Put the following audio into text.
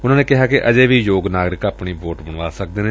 ਉਨੂਾਂ ਨੇ ਕਿਹਾ ਕਿ ਅਜੇ ਵੀ ਯੋਗ ਨਾਗਰਿਕ ਆਪਣੀ ਵੋਟ ਬਣਵਾ ਸਕਦੇ ਨੇ